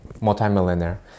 multimillionaire